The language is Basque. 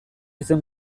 izen